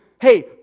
hey